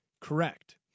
correct